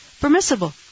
permissible